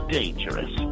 dangerous